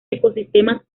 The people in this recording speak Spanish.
ecosistemas